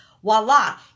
voila